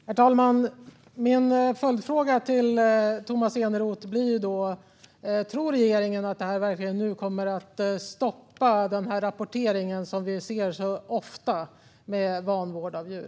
Herr talman! Min följdfråga till Tomas Eneroth är: Tror regeringen verkligen att detta nu kommer att stoppa den rapportering som vi så ofta ser om vanvård av djur?